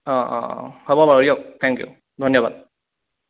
অঁ অঁ হ'ব বাৰু দিয়ক থেংক ইউ ধন্যবাদ